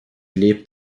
lebt